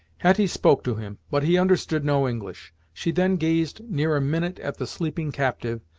hetty spoke to him, but he understood no english. she then gazed near a minute at the sleeping captive,